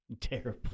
Terrible